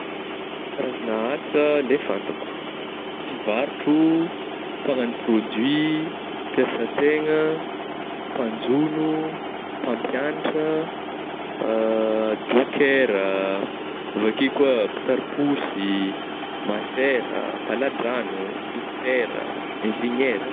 An karazagna asa le fantako mpivarotro, mpagnagno produit, mpisan-tegna, mpanjogno, mpampiagnatra, dôkera, avy akeo koa mpitary posy, masera, mpala-dragno, dokotera, ingeniera.